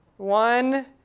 One